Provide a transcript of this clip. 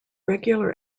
regular